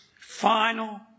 final